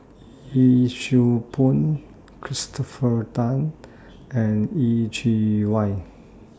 Yee Siew Pun Christopher Tan and Yeh Chi Wei